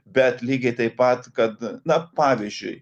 bet lygiai taip pat kad na pavyzdžiui